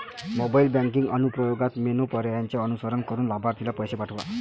mobile banking अनुप्रयोगात menu पर्यायांचे अनुसरण करून लाभार्थीला पैसे पाठवा